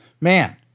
man